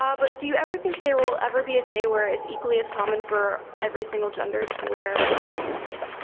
ah but do you ever think there will ever be a day where it's equally as common for every single gender to wear makeup